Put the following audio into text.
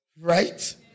Right